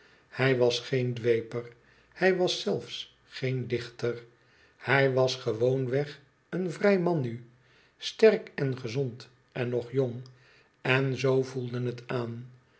hij was geen dweper hij was zelfs geen dichter hij was gewoon weg een vrij man nu sterk en gezond en nog jong en zoo voelde het aan